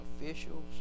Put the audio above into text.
officials